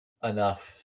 enough